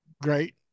Great